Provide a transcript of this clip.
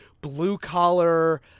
blue-collar